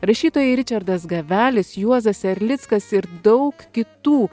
rašytojai ričardas gavelis juozas erlickas ir daug kitų